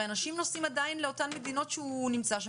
הרי אנשים נוסעים עדיין לאותן מדינות שהוא נמצא שם